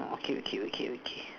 okay okay okay okay